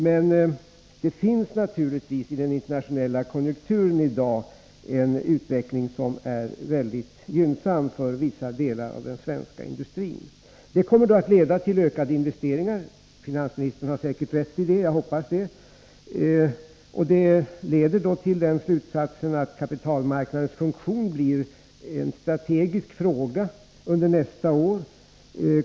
Men det finns naturligtvis i den internationella konjunkturen i dag en utveckling som är mycket gynnsam för vissa delar av den svenska industrin. Detta kommer att leda till ökade investeringar — det har finansministern säkert rätt i, det hoppas jag. Och detta leder till slutsatsen att kapitalmarknadens funktion blir en strategisk fråga under nästa år.